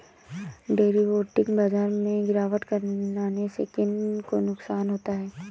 Derivative बाजार में गिरावट आने से किन को नुकसान होता है?